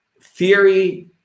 theory